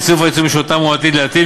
בצירוף העיצומים שאותם הוא עתיד להטיל